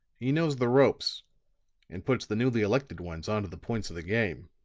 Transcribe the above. he knows the ropes and puts the newly elected ones on to the points of the game.